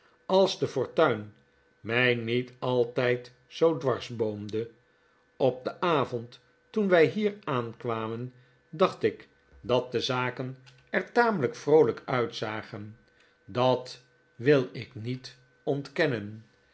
als de fortuin mij niet altijd zoo dwarsboomde op den avond toen wij hier aankwamen dacht ik dat de zaken er ta melijk vroolijk uitzagen dat wil ik niet ontkennen